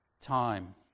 time